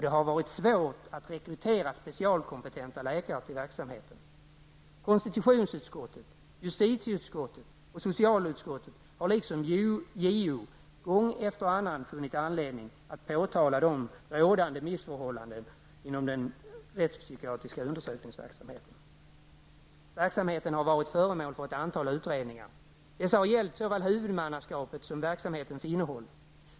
Det har varit svårt att rekrytera specialkompetenta läkare till verksamheten. Konstitutionsutskottet, justitieutskottet och socialutskottet har liksom JO gång efter annan funnit anledning att påtala de rådande missförhållandena inom den rättspsykiatriska undersökningsverksamheten. Verksamheten har varit föremål för ett antal utredningar. Dessa har gällt såväl huvudmannaskapet som verksamhetens innehåll.